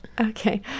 Okay